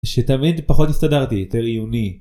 שתמיד פחות הסתדרתי, יותר עיוני